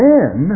Men